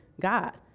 God